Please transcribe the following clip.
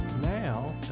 Now